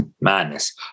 madness